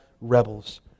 rebels